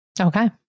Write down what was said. Okay